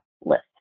list